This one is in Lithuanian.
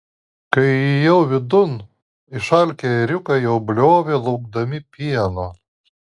kai įėjau vidun išalkę ėriukai jau bliovė laukdami pieno